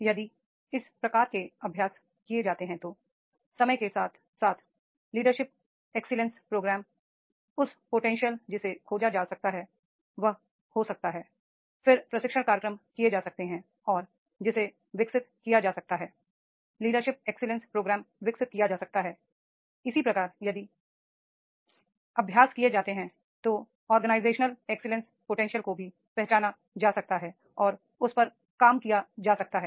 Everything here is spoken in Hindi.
यदि इस प्रकार के अभ्यास किए जाते हैं तो समय के साथ साथ लीडरशिप एक्सीलेंस प्रोग्राम उस पोटेंशियल जिसे खोजा जा सकता है वह हो सकता है फिर प्रशिक्षण कार्यक्रम किए जा सकते हैं और जिसे विकसित किया जा सकता है लीडरशिप एक्सीलेंस प्रोग्राम विकसित किया जा सकता हैI इसी प्रकार यदि इस प्रकार के अभ्यास किए जाते हैं तो ऑर्गेनाइजेशन एक्सीलेंस पोटेंशियल को भी पहचाना जा सकता है और उस पर काम किया जा सकता है